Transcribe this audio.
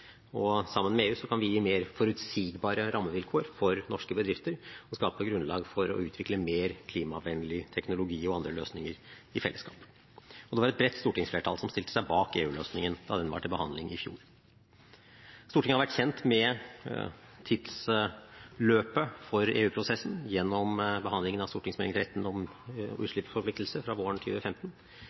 Sammen med EU kan vi gi mer forutsigbare rammevilkår for norske bedrifter og skape et grunnlag for å utvikle mer klimavennlig teknologi og andre løsninger i fellesskap. Det var et bredt stortingsflertall som stilte seg bak EU-løsningen da den var til behandling i fjor. Stortinget har vært kjent med tidsløpet for EU-prosessen gjennom behandlingen av Meld. St. 13 for 2014–2015 om ny utslippsforpliktelse fra våren